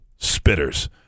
spitters